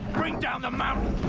bring down the mountain!